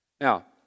Now